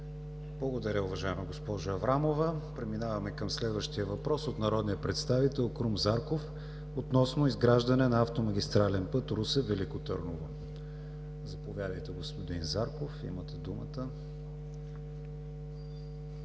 Благодаря, уважаема госпожо Аврамова. Преминаваме към следващия въпрос от народния представител Крум Зарков относно изграждане на автомагистрален път Русе – Велико Търново. Заповядайте, господин Зарков, имате думата.